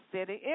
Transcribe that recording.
City